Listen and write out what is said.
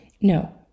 No